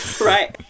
Right